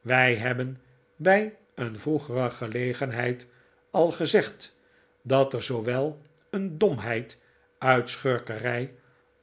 wij hebben bij een vroegere gelegenheid al gezegd dat er zoowel een domheid uit schurkerij